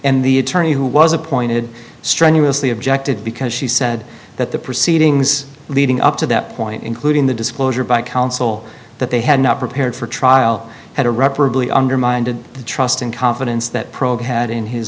and the attorney who was appointed strenuously objected because she said that the proceedings leading up to that point including the disclosure by counsel that they had not prepared for trial had a rougher billy undermined the trust and confidence that program had in his